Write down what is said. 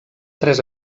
tres